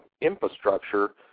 infrastructure